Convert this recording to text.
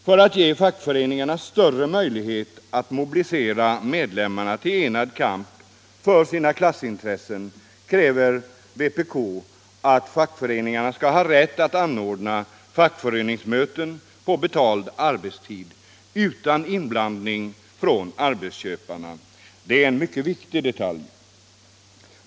För att ge fackföreningarna större möjligheter att mobilisera medlemmarna till enad kamp för sina klassintressen kräver vpk att fackföreningarna skall ha rätt att anordna fackföreningsmöten på betald arbetstid, utan inblandning från arbetsköparna. Det är en mycket viktig detalj.